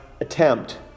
attempt